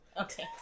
Okay